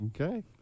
Okay